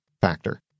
factor